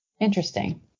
Interesting